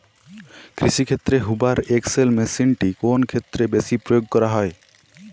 কৃষিক্ষেত্রে Hoover XL মেশিনটি কোন ক্ষেত্রে বেশি প্রয়োগ করা হয়?